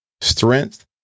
strength